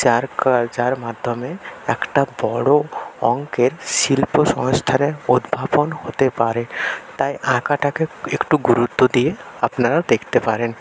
যার কা যার মাধ্যমে একটা বড়ো অংকের শিল্প সংস্থানের উদ্ভাবন হতে পারে তাই আঁকাটাকে একটু গুরুত্ব দিয়ে আপনারা দেখতে পারেন